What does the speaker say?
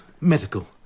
medical